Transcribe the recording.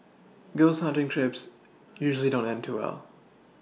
ghost hunting trips usually don't end too well